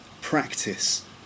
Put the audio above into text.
practice